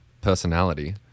personality